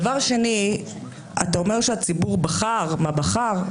דבר שני, אתה אומר שהציבור בחר, מה בחר.